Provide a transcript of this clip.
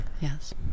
yes